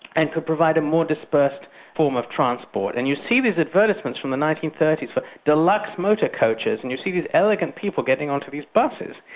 and could provide a more dispersed form of transport, and you see these advertisements from the nineteen thirty s for de luxe motor coaches, and you see these elegant people getting on to these buses.